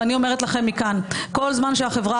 ואני אומרת לכם מכאן: כל זמן שהחברה